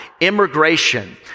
immigration